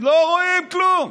לא רואים כלום.